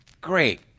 Great